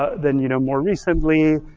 ah then you know more recently,